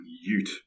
Ute